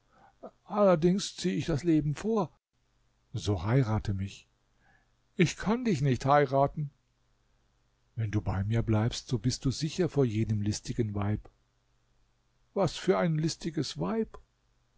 allerdings ziehe ich das leben vor so heirate mich ich kann dich nicht heiraten wenn du bei mir bleibst so bist du sicher vor jenem listigen weib was für ein listiges weib